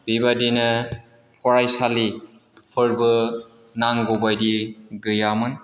बेबादिनो फरायसालिफोरबो नांगौबादियै गैयामोन